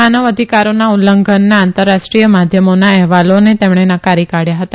માનવ અધિકારોના ઉલ્લંધનના આંતરરાષ્ટ્રીય માધ્યમોના અહેવાલોને તેમણે નકારી કાઢયા હતા